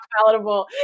palatable